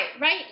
right